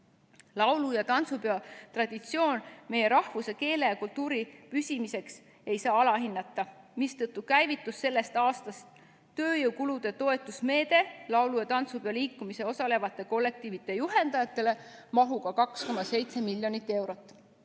Laulu- ja tantsupeo traditsiooni meie rahvuse, keele ja kultuuri püsimiseks ei tohi alahinnata ning seetõttu käivitus sellel aastal tööjõukulude toetusmeede laulu- ja tantsupeoliikumises osalevate kollektiivide juhendajatele. Selle maht on 2,7 miljonit eurot.